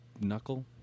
knuckle